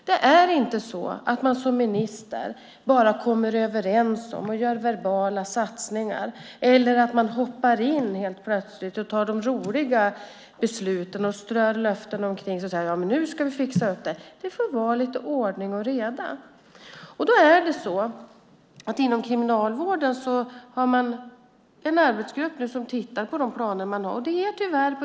Det är inte så att man som minister bara kommer överens om och gör verbala satsningar eller att man helt plötsligt hoppar in och fattar de roliga besluten, strör löften omkring sig och säger att man får fixa det. Det får vara lite ordning och reda. Inom Kriminalvården har man nu en arbetsgrupp som tittar på de planer man har.